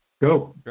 Go